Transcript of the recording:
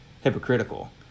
hypocritical